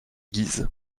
guises